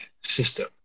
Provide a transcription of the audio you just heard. system